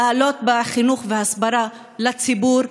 לעלות בחינוך ובהסברה לציבור,